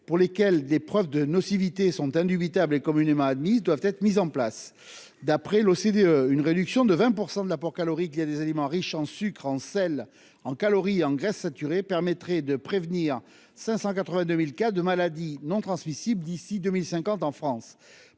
pour lesquels des preuves de nocivité sont indubitables et communément admises doivent être mises en place. D'après l'OCDE, une réduction de 20 % de l'apport calorique des aliments riches en sucre, en sel, en calories et en graisses saturées permettrait de prévenir 582 000 cas de maladies non transmissibles d'ici à 2050 en France.